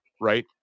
right